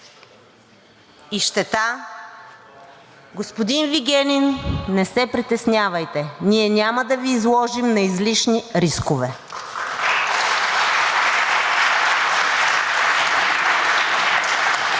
и щета! Господин Вигенин, не се притеснявайте, ние няма да Ви изложим на излишни рискове.